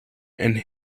and